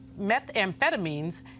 methamphetamines